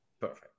perfect